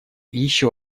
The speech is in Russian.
еще